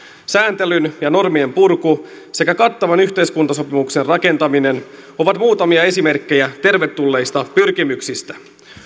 sääntelyn ja normien purku sekä kattavan yhteiskuntasopimuksen rakentaminen ovat muutamia esimerkkejä tervetulleista pyrkimyksistä